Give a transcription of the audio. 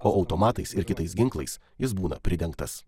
o automatais ir kitais ginklais jis būna pridengtas